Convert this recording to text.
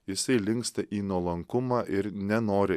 jisai linksta į nuolankumą ir nenori